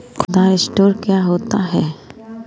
खुदरा स्टोर क्या होता है?